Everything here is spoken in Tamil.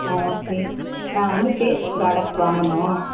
ஆ ஓகே நான் வந்து ஃபேஸ் ப்ராடெக்ட் வாங்கணும்